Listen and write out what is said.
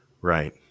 Right